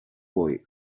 boy